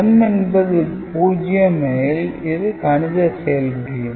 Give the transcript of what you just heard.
M என்பது 0 எனில் இது கணித செயல் புரியும்